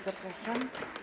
Zapraszam.